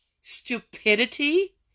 Stupidity